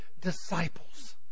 disciples